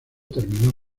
terminó